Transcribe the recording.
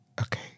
Okay